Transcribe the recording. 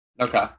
Okay